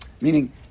Meaning